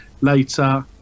later